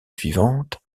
suivante